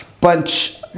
bunch